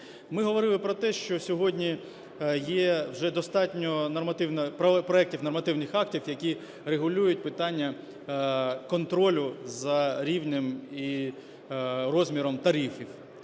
Ми говорили про те, що сьогодні є вже достатньо проектів нормативних актів, які регулюють питання контролю за рівнем і розміром тарифів.